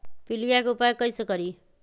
पीलिया के उपाय कई से करी?